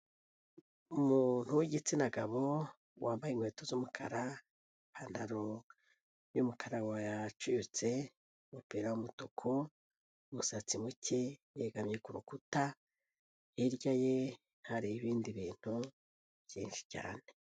Umuntu w'igitsina gabo wambaye inkweto z'umukara ipantaro y'umukara wacuyutse, umupira w'umutuku, umusatsi muke yegamye ku rukuta, hirya ye hari ibindi bintu byinshi cyane.